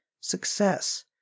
success